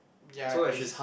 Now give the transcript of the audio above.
ya is